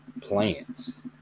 plants